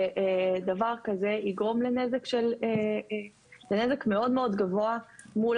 שדבר כזה יגרום לנזק מאוד מאוד גבוה מול